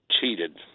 cheated